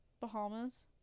Bahamas